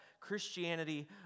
Christianity